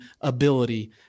ability